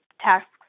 tasks